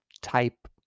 type